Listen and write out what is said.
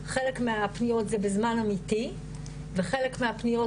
חלק מהפניות זה בזמן אמיתי וחלק מהפניות